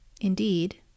indeed